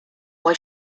why